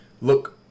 look